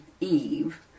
Eve